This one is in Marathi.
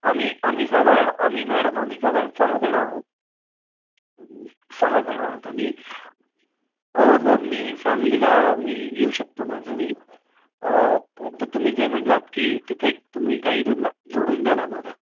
आम्ही आम्ही साधारण आम्ही मॅडम आम्ही साधारण सहाजण आहोत सहाजण आहोत आम्ही हो मी सांगलीला मी येऊ शकतो माझं मी परंतु तुम्ही जे म्हणालात की तिथे तुम्ही गाईडला जोडून द्याल आम्हाला